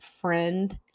friend